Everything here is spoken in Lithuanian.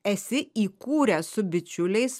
esi įkūręs su bičiuliais